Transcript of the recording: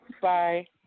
Bye